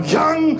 young